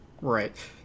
Right